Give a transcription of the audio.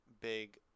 big